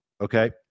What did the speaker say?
okay